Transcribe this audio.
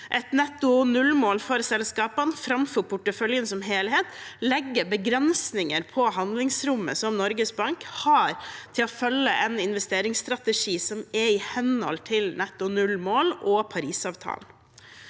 Et netto null-mål for selskapene framfor fra porteføljen som helhet legger begrensninger på handlingsrommet som Norges Bank har til å følge en investeringsstrategi som er i henhold til netto null-mål og Parisavtalen.